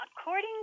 according